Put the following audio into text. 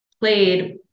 played